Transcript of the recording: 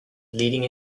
leading